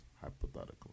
hypothetically